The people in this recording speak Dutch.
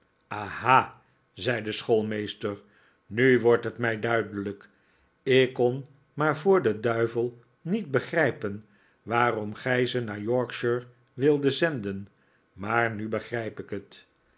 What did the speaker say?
aha zei de schoplmeester nu wordt t mij duidelijk ik kon maar voor den duivel niet begrijpen waarom gij ze naar yorkshire wildet zenden maar nu begrijp ik het